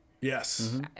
Yes